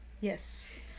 Yes